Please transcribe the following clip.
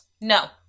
No